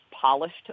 polished